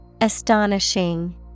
Astonishing